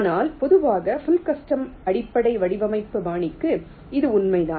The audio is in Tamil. ஆனால் பொதுவாக புள் கஸ்டம் அடிப்படை வடிவமைப்பு பாணிக்கு இது உண்மைதான்